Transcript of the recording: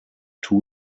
two